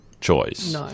choice